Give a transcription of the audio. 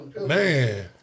Man